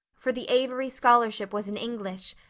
for the avery scholarship was in english,